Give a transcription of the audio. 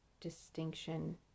distinction